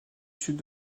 sud